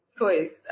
choice